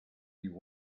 you